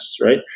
right